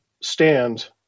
stand